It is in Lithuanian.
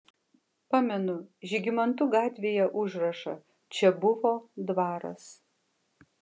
pamenu žygimantų gatvėje užrašą čia buvo dvaras